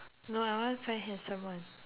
no I want find handsome [one]